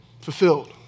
fulfilled